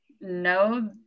no